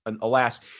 alas